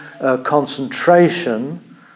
concentration